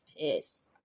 pissed